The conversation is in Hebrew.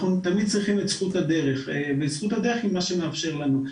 אנחנו תמיד צריכים את זכות הדרך וזכות הדרך היא מה שמאפשר לנו.